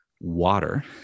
water